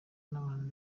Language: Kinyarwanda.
n’abantu